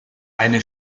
eine